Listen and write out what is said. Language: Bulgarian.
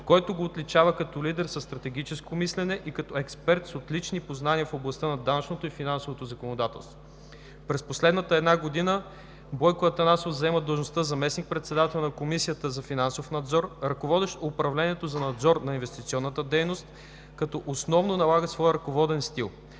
който го отличава като лидер със стратегическо мислене и като експерт с отлични познания в областта на данъчното и финансовото законодателство. През последната една година Бойко Атанасов заема длъжността „заместник-председател“ на Комисията за финансов надзор, ръководещ управлението за надзор на инвестиционната дейност, като основно налага своя ръководен стил.